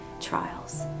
trials